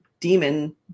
demon